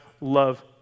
love